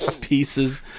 pieces